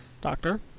Doctor